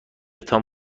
تان